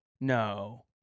No